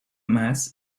maas